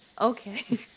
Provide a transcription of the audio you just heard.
Okay